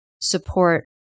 support